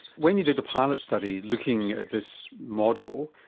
when you did a pilot study, looking at this model,